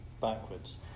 backwards